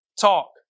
talk